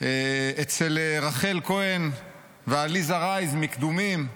אצל רחל כהן ועליזה רייז מקדומים.